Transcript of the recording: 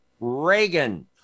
Reagan